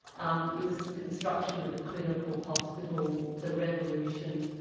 um it was the construction of the clinical hospital, the revolution,